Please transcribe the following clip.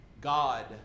God